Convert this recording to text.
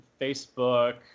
Facebook